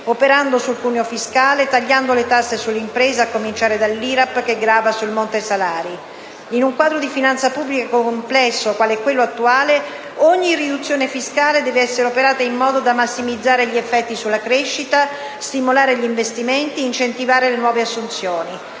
operando sul cuneo fiscale e tagliando le tasse sull'impresa, a cominciare dall'IRAP che grava sul monte salari. In un quadro di finanza pubblica complesso quale attuale ogni riduzione fiscale deve essere operata in modo da massimizzare gli effetti sulla crescita, stimolare gli investimenti, incentivare le nuove assunzioni.